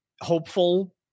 hopeful